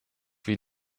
wie